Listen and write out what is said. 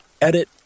Edit